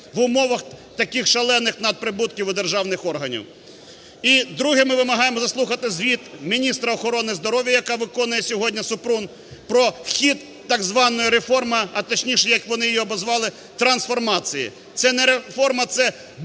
в умовах таких шалених надприбутків у державних органів. І друге. Ми вимагаємо заслухати звіт міністра охорони здоров'я, яка виконує сьогодні, Супрун, про хід так званої реформи, а точніше, як вони її обізвали, трансформації. Це не реформа, це